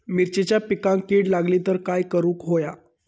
मिरचीच्या पिकांक कीड लागली तर काय करुक होया?